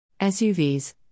SUVs